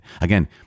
Again